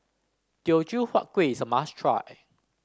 Teochew Huat Kueh is a must try